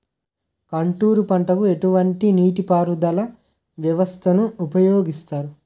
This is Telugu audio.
కాంటూరు పంటకు ఎటువంటి నీటిపారుదల వ్యవస్థను ఉపయోగిస్తారు?